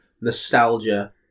nostalgia